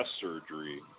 surgery